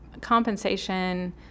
compensation